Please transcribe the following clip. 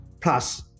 plus